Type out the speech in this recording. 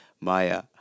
Maya